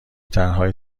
طرحهای